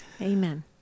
Amen